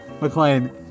McLean